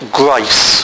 grace